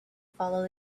follow